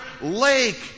lake